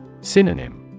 Synonym